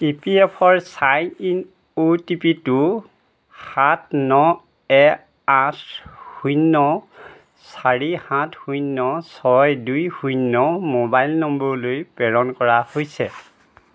E P F or sign in O T P টো সাত ন এক আঠ শূন্য চাৰি সাত শূন্য ছয় দুই শূন্য মোবাইল নম্বৰলৈ প্ৰেৰণ কৰা হৈছে